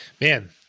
Man